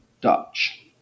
Dutch